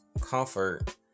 comfort